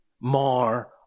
More